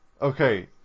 Okay